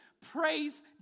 Praise